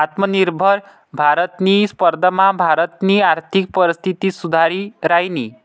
आत्मनिर्भर भारतनी स्पर्धामा भारतनी आर्थिक परिस्थिती सुधरि रायनी